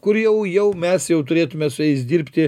kur jau jau mes jau turėtume su jais dirbti